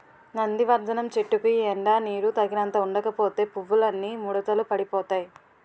నందివర్థనం చెట్టుకి ఎండా నీరూ తగినంత ఉండకపోతే పువ్వులన్నీ ముడతలు పడిపోతాయ్